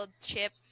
chip